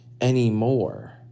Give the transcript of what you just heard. anymore